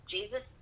Jesus